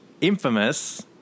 infamous